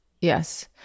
Yes